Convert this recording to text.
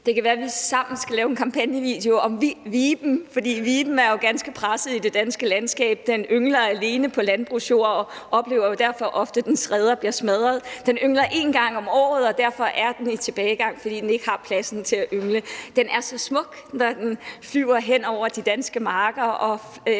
(SF): Det kan være, at vi sammen skal lave en kampagnevideo om viben, for viben er jo ganske presset i det danske landskab. Den yngler alene på landbrugsjord og oplever derfor ofte, at dens rede bliver smadret. Den yngler en gang om året, og den er i tilbagegang, fordi den ikke har pladsen til at yngle. Den er så smuk, når den flyver hen over de danske marker og har også